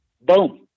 boom